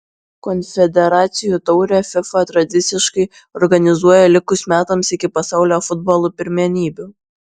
konfederacijų taurę fifa tradiciškai organizuoja likus metams iki pasaulio futbolo pirmenybių